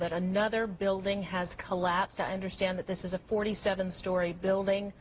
that another building has collapsed i understand that this is a forty seven story building